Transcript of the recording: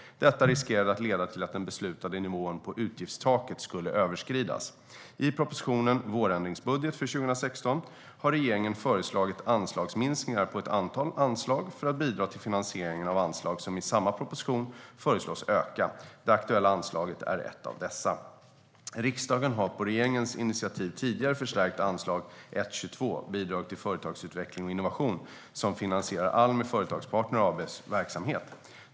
Detta riskerade att leda till att den beslutade nivån på utgiftstaket skulle överskridas. I propositionen Vårändringsbudget för 2016 har regeringen föreslagit anslagsminskningar på ett antal anslag för att bidra till finansieringen av anslag som i samma proposition föreslås öka. Det aktuella anslaget är ett av dessa. Riksdagen har på regeringens initiativ tidigare förstärkt anslag 1:22 Bidrag till företagsutveckling och innovation, som finansierar Almi Företagspartner AB:s verksamhet.